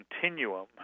continuum